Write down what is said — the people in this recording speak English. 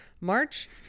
march